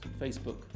Facebook